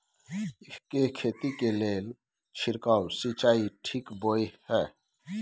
ईख के खेती के लेल छिरकाव सिंचाई ठीक बोय ह?